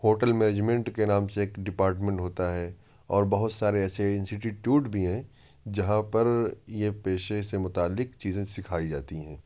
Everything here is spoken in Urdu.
ہوٹل مینیجمنٹ کے نام سے ایک ڈپارٹمینٹ ہوتا ہے اور بہت سارے ایسے انسٹیٹیوٹ بھی ہیں جہاں پر یہ پیشے سے متعلق چیزیں سکھائی جاتی ہیں